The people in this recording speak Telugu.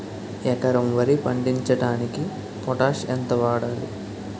ఎకరం వరి పండించటానికి పొటాష్ ఎంత వాడాలి?